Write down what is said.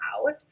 out